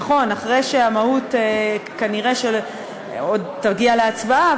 נכון, אחרי שהמהות, שכנראה עוד תגיע להצבעה,